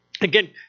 Again